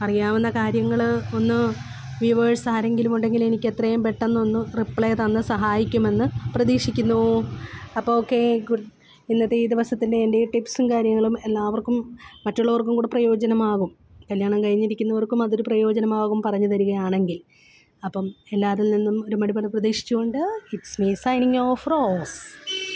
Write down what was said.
അറിയാവുന്ന കാര്യങ്ങള് ഒന്ന് വ്യൂവേഴ്സ്സാരെങ്കിലുമുണ്ടെങ്കിലെനിക്ക് എത്രയും പെട്ടെന്നൊന്ന് റിപ്ലെ തന്ന് സഹായിക്കുമെന്ന് പ്രതീക്ഷിക്കുന്നൂ അപ്പോള് ഓക്കേ ഗുഡ് ഇന്നത്തെ ഈ ദിവസത്തിന്റെ എന്റെ ടിപ്സും കാര്യങ്ങളും എല്ലാവർക്കും മറ്റുള്ളവർക്കുങ്കൂടെ പ്രയോജനമാകും കല്യാണം കഴിഞ്ഞിരിക്കുന്നവർക്കും അതൊരു പ്രയോജനമാകും പറഞ്ഞ് തരികയാണെങ്കിൽ അപ്പോള് എല്ലാവരിൽനിന്നും ഒരു മറുപടി പ്രതീക്ഷിച്ചുകൊണ്ട് ഇറ്റ്സ് മീ സൈനിങ്ങോഫ് റോസ്